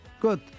Good